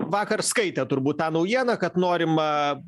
vakar skaitėt turbūt tą naujieną kad norima